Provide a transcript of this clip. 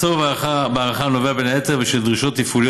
הצורך בהארכה נובע בין היתר מדרישות תפעוליות